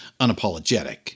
unapologetic